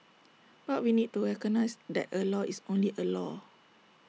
but we need to recognise that A law is only A law